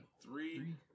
Three